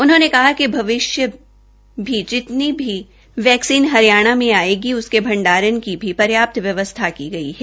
उन्होंने कहा कि भविष्य में भी जितनी भी वैक्सीन हरियाणा में आयेगी उसके भण्डारण की भी पर्याप्त व्यवस्था की गई है